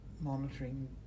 monitoring